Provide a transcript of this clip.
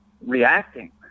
reacting